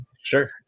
Sure